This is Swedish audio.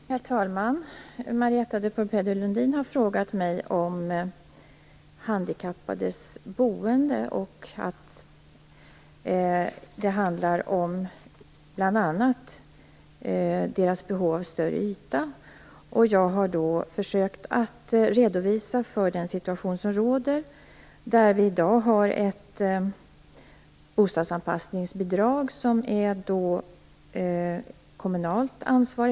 Herr talman! Marietta de Pourbaix-Lundin har frågat mig om de handikappades boende. Det handlar bl.a. om deras behov av större yta. Jag har försökt att redovisa den situation som råder. I dag har vi bostadsanpassningsbidrag, som är ett kommunalt ansvar.